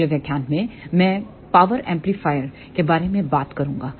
अगले व्याख्यान में मैं पावर एम्पलीफायरों के बारे में बात करूंगा